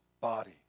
body